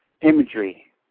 imagery